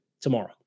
tomorrow